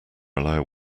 allow